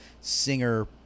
singer